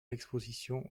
l’exposition